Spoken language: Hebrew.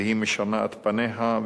והיא משנה את פניה,